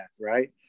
right